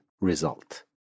result